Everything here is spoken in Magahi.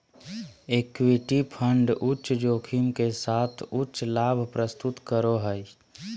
इक्विटी फंड उच्च जोखिम के साथ उच्च लाभ प्रस्तुत करो हइ